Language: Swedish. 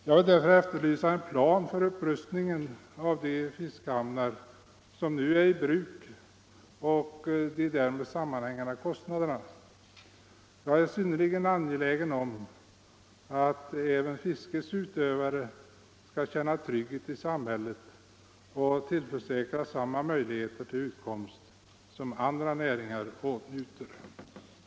Jag vill därför efterlysa en plan för upprustningen av de fiskehamnar som nu är i bruk och en beräkning av kostnaderna härför. Jag är synnerligen angelägen om att även fiskets utövare skall känna trygghet i samhället och tillförsäkras samma möjligheter till utkomst som andra näringsutövare åtnjuter.